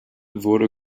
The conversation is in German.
wurde